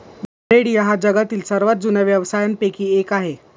गरेडिया हा जगातील सर्वात जुन्या व्यवसायांपैकी एक आहे